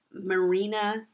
Marina